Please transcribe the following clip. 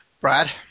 Brad